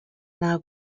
now